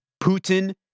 Putin